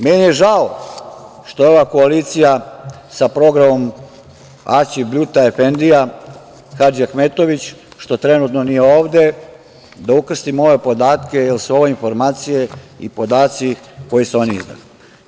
Meni je žao što je ova koalicija sa programom „Aćif Bljuta efendija Hadžiahmetović“, što trenutno nije ovde, da ukrstimo ove podatke, jel su ovo informacije i podaci koje su oni izneli.